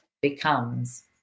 becomes